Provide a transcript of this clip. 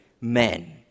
men